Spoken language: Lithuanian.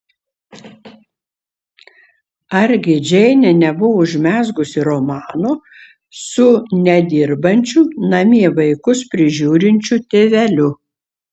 argi džeinė nebuvo užmezgusi romano su nedirbančiu namie vaikus prižiūrinčiu tėveliu